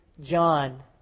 John